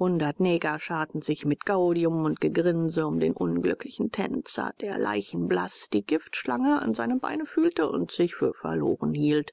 hundert neger scharten sich mit gaudium und gegrinse um den unglücklichen tänzer der leichenblaß die giftschlange an seinem beine fühlte und sich für verloren hielt